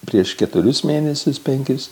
prieš keturis mėnesius penkis